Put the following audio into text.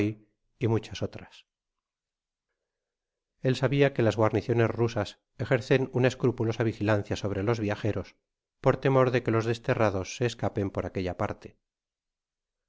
y muchas otras el sabia que las guarniciones rusas ejercen una escrupulosa vigilancia sobre los viajeros por temor de que los desterrados se capasen por aquella parte